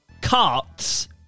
Carts